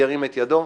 ירים את ידו.